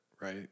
right